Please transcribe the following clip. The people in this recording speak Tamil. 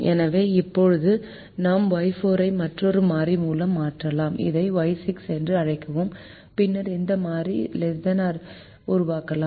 எனவே இப்போது நாம் Y4 ஐ மற்றொரு மாறி மூலம் மாற்றலாம் இதை Y6 என்று அழைக்கவும் பின்னர் இந்த மாறி ≤ 0 ஐ உருவாக்கலாம்